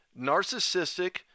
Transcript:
narcissistic